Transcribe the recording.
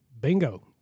bingo